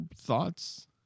thoughts